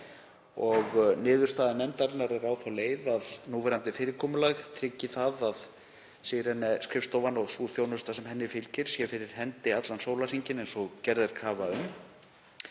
og niðurstaða nefndarinnar er á þá leið að núverandi fyrirkomulag tryggi það að SIRENE-skrifstofan og sú þjónusta sem henni fylgir sé fyrir hendi allan sólarhringinn eins og gerð er krafa um.